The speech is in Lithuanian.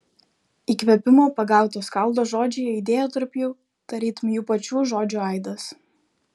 įkvėpimo pagauto skaldo žodžiai aidėjo tarp jų tarytum jų pačių žodžių aidas